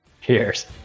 Cheers